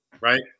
right